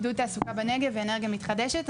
עידוד תעסוקה בנגב ואנרגיה מתחדשת.